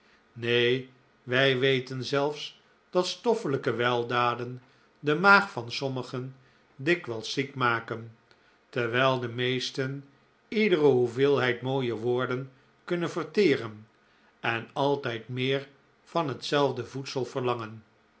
neen wij weten zelfs dat stoffelijke weldaden de maag van sommigen dikwijls ziek maken terwijl de meesten iedere hoeveelheid mooie woorden kunnen verteren en altijd meer van hetzelfde voedsel verlangen